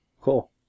Cool